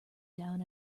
down